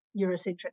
Eurocentric